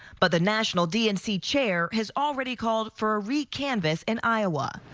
but the national dnc chair has already called for a recanvass in iowa.